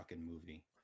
movie